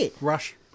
rush